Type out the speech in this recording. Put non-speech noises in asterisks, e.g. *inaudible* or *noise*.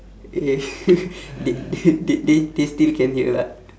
eh *laughs* they they they they they still can hear lah